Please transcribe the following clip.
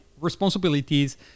responsibilities